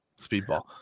Speedball